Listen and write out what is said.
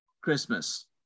Christmas